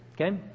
Okay